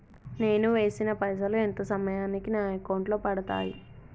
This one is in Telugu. నేను వేసిన పైసలు ఎంత సమయానికి నా అకౌంట్ లో పడతాయి?